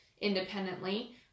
independently